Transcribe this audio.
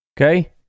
Okay